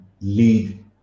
lead